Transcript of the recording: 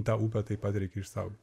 tą upę taip pat reikia išsaugo